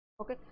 okay